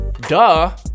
duh